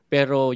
Pero